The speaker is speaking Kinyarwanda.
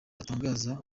atangaza